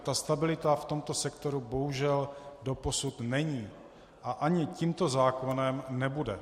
A ta stabilita v tomto sektoru bohužel doposud není a ani tímto zákonem nebude.